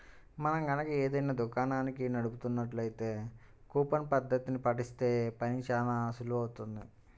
మనం గనక ఏదైనా దుకాణాన్ని నడుపుతున్నట్లయితే కూపన్ పద్ధతిని పాటిస్తే పని చానా సులువవుతుంది